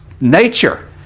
nature